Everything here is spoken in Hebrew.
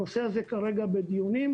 הנושא הזה כרגע בדיונים,